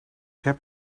heb